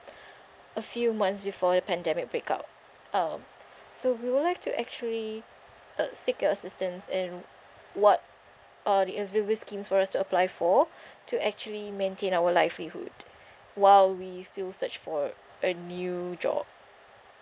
a few months before the pandemic break out uh so we would like to actually uh seek your assistance and what are the available schemes for us to apply for to actually maintain our livelihood while we still search for a new job